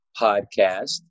podcast